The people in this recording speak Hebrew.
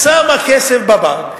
שם הכסף בבנק.